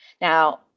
Now